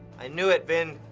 i knew it, vin.